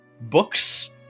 books